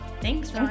Thanks